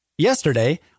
Yesterday